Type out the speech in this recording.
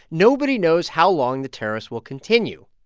nobody knows how long the tariffs will continue.